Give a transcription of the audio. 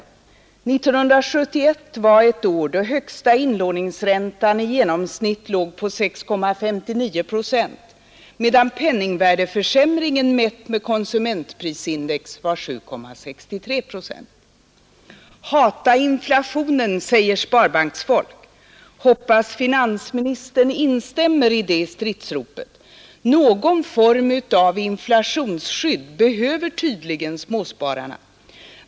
1971 var ett år, då högsta inlåningsräntan i genomsnitt låg på 6,59 procent, medan penningvärdeförsämringen mätt med konsumentprisindex var 7,63 procent. ”Hata inflationen!” säger sparbanksfolk. Hoppas finansministern instämmer i det stridsropet. Någon form av inflationsskydd behöver tydligen småspararna.